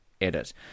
edit